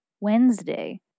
Wednesday